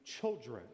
children